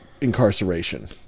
incarceration